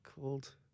called